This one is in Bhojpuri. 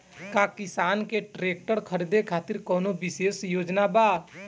का किसान के ट्रैक्टर खरीदें खातिर कउनों विशेष योजना बा?